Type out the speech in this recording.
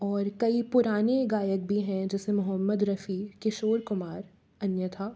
और कई पुराने गायक भी है जिस में मोहम्मद रफ़ी किशोर कुमार अन्यतः